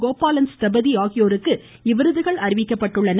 கோபாலன் ஸ்தபதி ஆகியோருக்கு இவ்விருதுகள் அறிவிக்கப்பட்டுள்ளன